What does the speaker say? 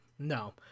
No